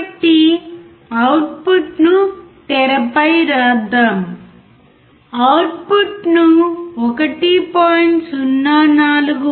కాబట్టి అవుట్పుట్ను తెరపై వ్రాద్దాం అవుట్పుట్ను 1